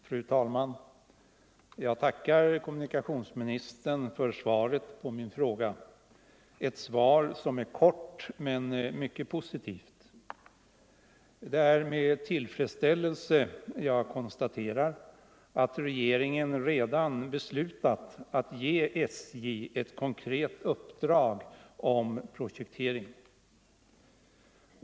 Fru talman! Jag tackar kommunikationsministern för svaret på min fråga — ett svar som är kort men mycket positivt. Det är med tillfredsställelse jag konstaterar att regeringen redan beslutat att ge SJ ett konkret uppdrag om projektering.